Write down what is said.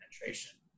penetration